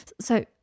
So